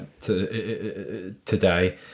today